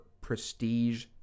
prestige